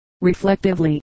reflectively